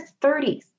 30s